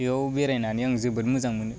बेयाव बेरायनानै आं जोबोद मोजां मोनो